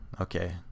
okay